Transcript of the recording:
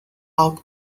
out